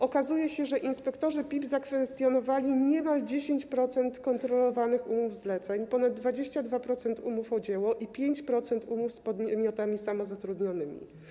Okazuje się, że inspektorzy PIP zakwestionowali niemal 10% kontrolowanych umów zleceń, ponad 22% umów o dzieło i 5% umów z podmiotami samozatrudnionymi.